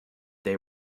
they